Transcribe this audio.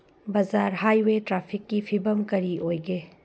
ꯕꯖꯥꯔ ꯍꯥꯏꯋꯦ ꯇ꯭ꯔꯥꯐꯤꯛꯀꯤ ꯐꯤꯕꯝ ꯀꯔꯤ ꯑꯣꯏꯒꯦ